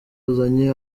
azanye